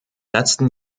letzten